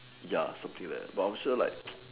ya something like that but I am sure like